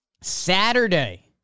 Saturday